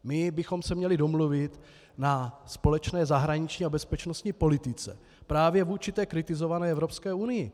Měli bychom se domluvit na společné zahraniční a bezpečnostní politice právě vůči kritizované Evropské unii.